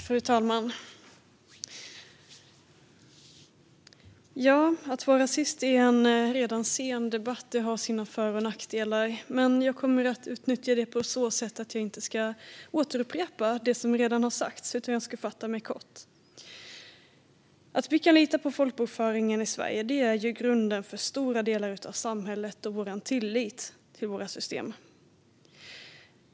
Fru talman! Att vara sist i en redan sen debatt har sina för och nackdelar. Men jag kommer att utnyttja det på så sätt att jag inte ska återupprepa det som redan har sagts, utan jag ska fatta mig kort. Att vi kan lita på folkbokföringen i Sverige är grunden för stora delar av samhället och vår tillit till våra system.